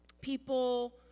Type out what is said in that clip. people